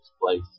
place